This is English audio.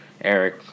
Eric